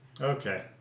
Okay